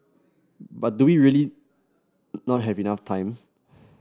but do we really not have enough time